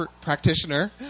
practitioner